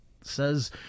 says